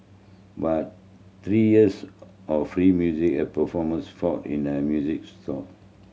but three years of free music a performance in their music store